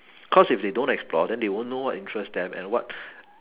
cause if they don't explore then they won't know what interests them and what